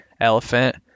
elephant